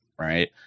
right